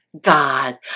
God